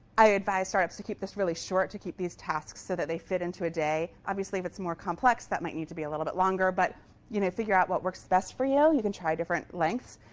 i advise startups to keep this really short, to keep these tasks so that they fit into a day. obviously, if it's more complex, that might need to be a little bit longer. but you know figure out what works best for you. you can try different lengths.